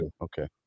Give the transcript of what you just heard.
Okay